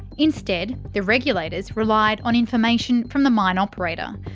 instead the regulators relied on information from the mine operator.